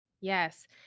Yes